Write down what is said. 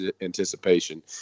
anticipation